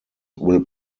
will